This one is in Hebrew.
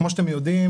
כמו שאתם יודעים,